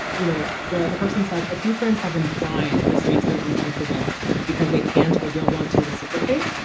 you know, the the person says a few friends have implied this makes them uncomfortable because they can't or don't want to reciprocate.